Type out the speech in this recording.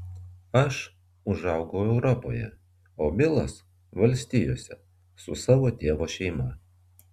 aš užaugau europoje o bilas valstijose su savo tėvo šeima